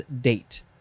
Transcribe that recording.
date